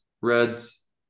Reds